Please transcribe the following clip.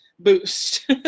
boost